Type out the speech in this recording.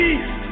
East